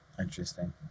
interesting